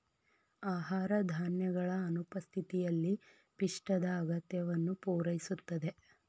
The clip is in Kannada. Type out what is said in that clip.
ಆಹಾರ ಧಾನ್ಯಗಳ ಅನುಪಸ್ಥಿತಿಯಲ್ಲಿ ಪಿಷ್ಟದ ಅಗತ್ಯವನ್ನು ಪೂರೈಸುತ್ತದೆ